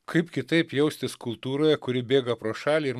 kaip kitaip jaustis kultūroje kuri bėga pro šalį ir